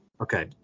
Okay